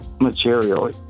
material